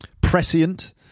prescient